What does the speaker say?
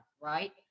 right